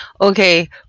Okay